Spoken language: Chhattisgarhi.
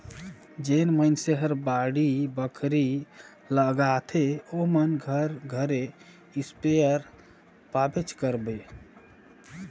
जेन मइनसे हर बाड़ी बखरी लगाथे ओमन कर घरे इस्पेयर पाबेच करबे